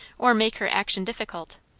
or make her action difficult.